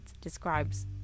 describes